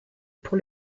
pour